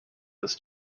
his